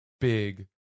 big